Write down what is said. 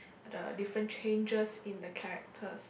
the different changes in the characters